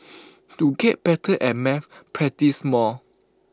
to get better at maths practise more